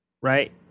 right